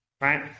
Right